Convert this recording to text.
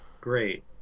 great